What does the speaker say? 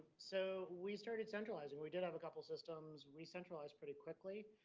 so we started centralizing. we did have a couple systems we centralized pretty quickly.